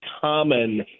common